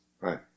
Right